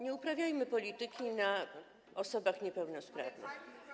Nie uprawiajmy polityki na osobach niepełnosprawnych.